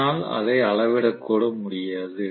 என்னால் அதை அளவிட கூட முடியாது